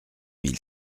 mille